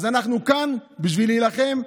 אז אנחנו כאן בשביל להילחם,